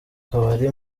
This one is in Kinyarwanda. kabari